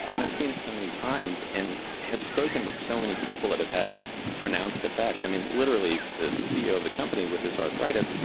and i've seen it so many times, and have spoken with so many people that have had pronounced effects. i mean, literally, the ceo of the company with his arthritis.